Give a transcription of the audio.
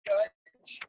Judge